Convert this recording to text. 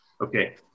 Okay